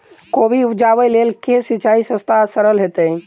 कोबी उपजाबे लेल केँ सिंचाई सस्ता आ सरल हेतइ?